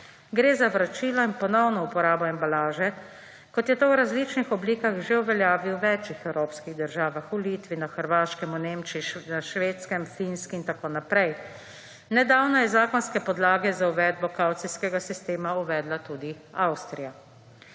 Gre za vračilo in ponovno uporabo embalaže, kot se je to v različnih oblikah že uveljavilo v več evropskih državah: v Litvi, na Hrvaškem, v Nemčiji, na Švedskem, Finskem in tako naprej. Nedavno je zakonske podlage za uvedbo kavcijskega sistema uvedla tudi Avstrija.